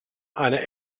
eine